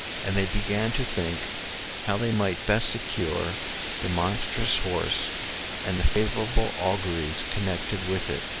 and they began to think how they might best secure the monstrous horse and the favorable auguries connected with it,